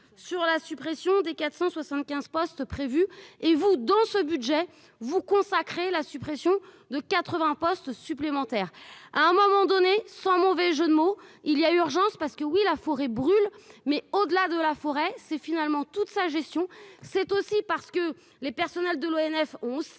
sur la suppression des 475 postes et vous dans ce budget, vous consacrez la suppression de 80 postes supplémentaires à un moment donné, sans mauvais jeu de mots, il y a urgence parce que oui, la forêt brûle mais au-delà de la forêt, c'est finalement toute sa gestion, c'est aussi parce que. Les personnels de l'ONF on cette